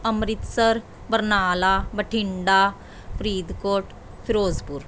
Amritsar Barnala Bathinda Faridkot Firozpur